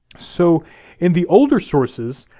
so in the older sources,